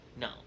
no